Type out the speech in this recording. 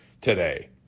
today